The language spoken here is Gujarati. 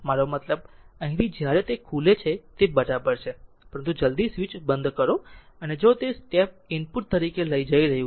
મારો મતલબ અહીંથી જ્યારે તે ખુલે છે તે બરાબર છે પરંતુ જલદી સ્વીચ બંધ કરો અને જો તે એક સ્ટેપ ઇનપુટ તરીકે જઈ રહ્યું છે